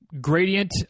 gradient